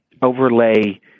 Overlay